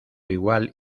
igual